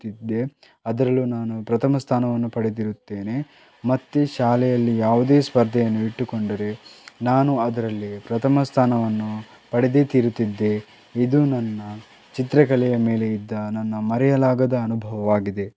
ಅದರಲ್ಲೂ ನಾನು ಪ್ರಥಮ ಸ್ಥಾನವನ್ನು ಪಡೆದಿರುತ್ತೇನೆ ಮತ್ತೆ ಶಾಲೆಯಲ್ಲಿ ಯಾವುದೇ ಸ್ಪರ್ಧೆಯನ್ನು ಇಟ್ಟುಕೊಂಡರೆ ನಾನು ಅದರಲ್ಲಿ ಪ್ರಥಮ ಸ್ಥಾನವನ್ನು ಪಡೆದೇ ತೀರುತ್ತಿದ್ದೆ ಇದು ನನ್ನ ಚಿತ್ರಕಲೆಯ ಮೇಲೆ ಇದ್ದ ನನ್ನ ಮರೆಯಲಾಗದ ಅನುಭವವಾಗಿದೆ